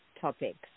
topics